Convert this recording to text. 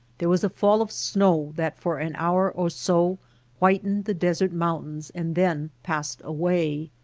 there was a fall of snow that for an hour or so whitened the desert mountains and then passed away.